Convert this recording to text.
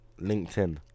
LinkedIn